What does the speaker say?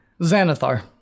Xanathar